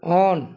on